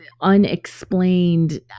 unexplained